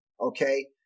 Okay